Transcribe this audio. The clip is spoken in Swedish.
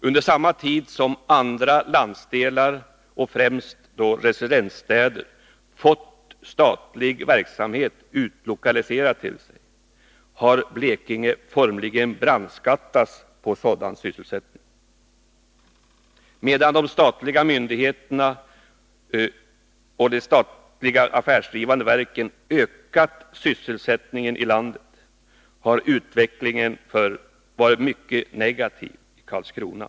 Under samma tid som andra landsdelar och då främst residensstäder fått statlig verksamhet utlokaliserad till sig har Blekinge formligen brandskattats på sådan sysselsättning. Medan de statliga myndigheterna och de statliga affärsdrivande verken ökat sysselsättningen i landet har den utvecklingen varit mycket negativ i Karlskrona.